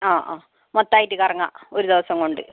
ആ ആ മൊത്തമായിട്ട് കറങ്ങാം ഒരു ദിവസം കൊണ്ട്